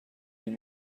این